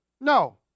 No